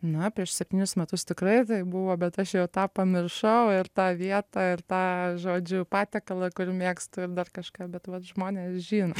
na prieš septynis metus tikrai tai buvo bet aš tą pamiršau ir tą vietą ir tą žodžiu patiekalą kurį mėgstu ir dar kažką bet vat žmonės žino